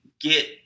get